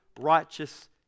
righteous